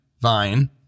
vine